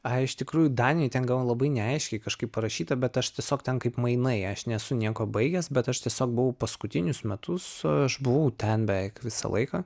ai iš tikrųjų danijoj ten gal labai neaiškiai kažkaip parašyta bet aš tiesiog ten kaip mainai aš nesu nieko baigęs bet aš tiesiog buvau paskutinius metus aš buvau ten beveik visą laiką